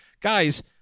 guys